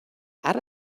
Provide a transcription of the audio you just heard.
add